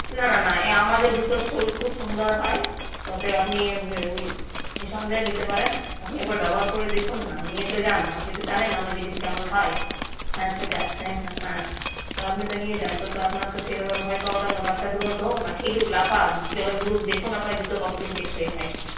না না না এ আমাদের জুতোর শোল খুব সুন্দর হয় অতএব আপনি নিঃসন্দেহে নিতে পারেন আপনি একবার ব্যবহার করে দেখুন না নিয়ে তো যান আপনি তো জানেন আমার জিনিস কেমন হয় হ্যাঁ হ্যাঁ হ্যাঁ আপনি তো নিয়ে যান তো তো আপনার তো সেভাবে ভয় পাওয়ার তো দরকার নেই বাচ্চা দুরন্ত হোক না খেলুক লাফাক জলে ঘুরুক দেখুন আপনার জুতো কতদিন টেকসই হয়